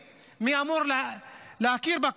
מי אמור לתת תשובות לאזרחים?